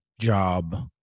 job